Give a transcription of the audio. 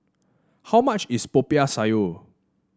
how much is Popiah Sayur